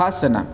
Hassan